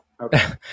Okay